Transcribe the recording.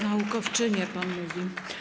Naukowczynie, pan mówi?